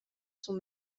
son